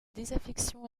désaffection